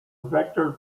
vector